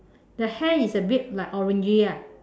the hair is a bit like orangey ah